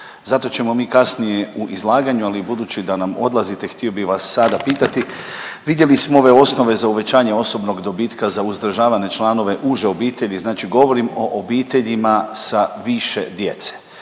Zato ćemo mi kasnije u izlaganju, ali i budući da nam odlazite htio bih vas sada pitati vidjeli smo ove osnove za uvećanje osobnog odbitka za uzdržavane članove uže obitelji, znači govorim o obiteljima sa više djece,